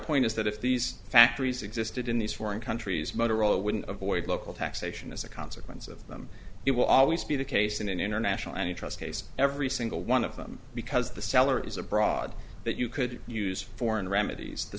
point is that if these factories existed in these foreign countries motorola wouldn't avoid local taxation as a consequence of them it will always be the case in an international any trust case every single one of them because the seller is abroad that you could use foreign remedies the